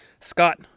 Scott